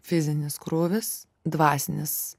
fizinis krūvis dvasinis